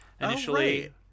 initially